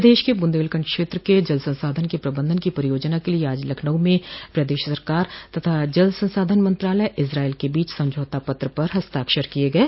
प्रदेश के बून्देलखंड क्षेत्र के जल संसाधन के प्रबंधन की परियोजना के लिये आज लखनऊ में प्रदश सरकार तथा जल संसाधन मंत्रालय इजरायल क बीच समझौता पत्र पर हस्ताक्षर किये गये